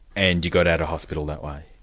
and you got out of hospital that way?